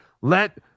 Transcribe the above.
Let